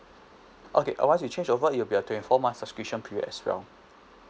okay uh once you change over it'll be a twenty four months subscription period as well